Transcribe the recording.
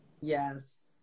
Yes